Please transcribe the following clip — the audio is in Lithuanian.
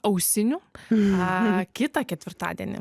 ausinių na kitą ketvirtadienį